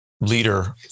leader